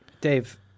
Dave